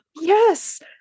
Yes